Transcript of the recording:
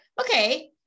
okay